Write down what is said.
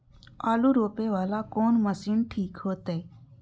आलू रोपे वाला कोन मशीन ठीक होते?